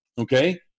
Okay